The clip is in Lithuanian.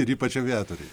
ir ypač aviatoriai